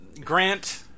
Grant